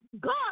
God